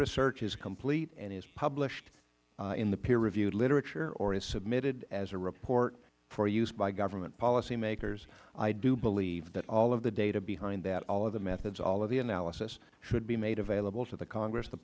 research is complete and is published in the peer reviewed literature or is submitted as a report for use by government policymakers i do believe that all of the data behind that all of the methods all of the analysis should be made available to the congress the